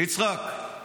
יצחק,